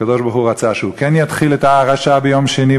הקדוש-ברוך-הוא רצה שהוא כן יתחיל את ההרעשה ביום שני,